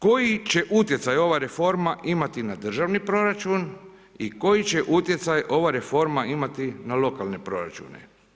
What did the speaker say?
Koji će utjecaj ova reforma imati na državni proračun i koji će utjecaj ova reforma imati na lokalne proračune?